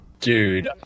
Dude